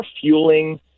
fueling